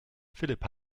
philipp